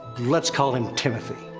let's call him timothy.